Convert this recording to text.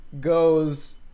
goes